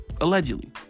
Allegedly